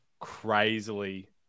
crazily